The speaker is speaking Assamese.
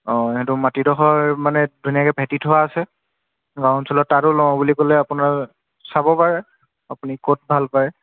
অ সেইটো মাটিডোখৰ মানে ধুনীয়াকৈ ভেটি থোৱা আছে গাঁও অঞ্চলত তাতো লওঁ বুলি ক'লে আপোনাৰ চাব পাৰে আপুনি ক'ত ভাল পায়